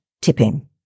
tipping